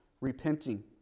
repenting